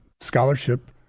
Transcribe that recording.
scholarship